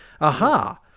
Aha